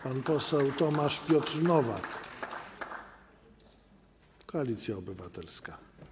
Pan poseł Tomasz Piotr Nowak, Koalicja Obywatelska.